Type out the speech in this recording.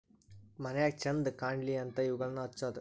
ಮನ್ಯಾಗ ಚಂದ ಕಾನ್ಲಿ ಅಂತಾ ಇವುಗಳನ್ನಾ ಹಚ್ಚುದ